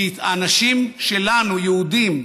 כי האנשים שלנו, יהודים,